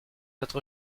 autre